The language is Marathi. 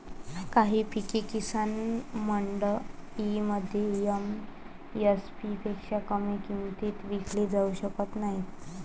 काही पिके किसान मंडईमध्ये एम.एस.पी पेक्षा कमी किमतीत विकली जाऊ शकत नाहीत